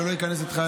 ולא איכנס איתך,